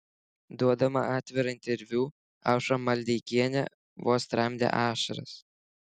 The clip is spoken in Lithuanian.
duodama atvirą interviu aušra maldeikienė vos tramdė ašaras